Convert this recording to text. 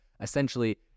essentially